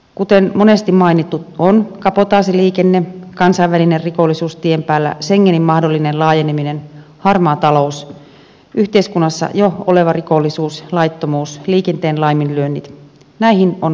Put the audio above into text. kuten monesti mainittu on kabotaasiliikenne kansainvälinen rikollisuus tien päällä schengenin mahdollinen laajeneminen harmaa talous yhteiskunnassa jo oleva rikollisuus laittomuus liikenteen laiminlyönnit näihin on vastattava